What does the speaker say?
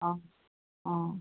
অঁ অঁ